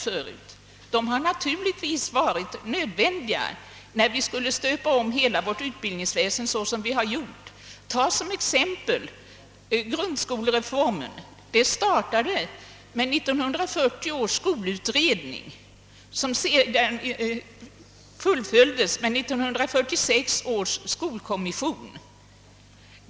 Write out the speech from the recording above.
Dessa utredningar har naturligtvis varit nödvändiga när hela vårt skolväsende skulle stöpas om. Ta som exempel grundskolereformen! Den startade med 1940 års skolutredning och fullföljdes med 1946 års skolkommission.